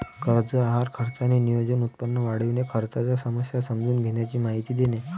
कर्ज आहार खर्चाचे नियोजन, उत्पन्न वाढविणे, खर्चाच्या समस्या समजून घेण्याची माहिती देणे